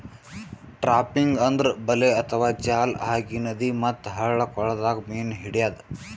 trapping ಅಂದ್ರ ಬಲೆ ಅಥವಾ ಜಾಲ್ ಹಾಕಿ ನದಿ ಮತ್ತ್ ಹಳ್ಳ ಕೊಳ್ಳದಾಗ್ ಮೀನ್ ಹಿಡ್ಯದ್